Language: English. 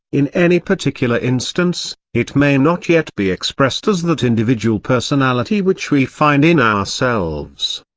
in any particular instance, it may not yet be expressed as that individual personality which we find in ourselves.